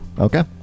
Okay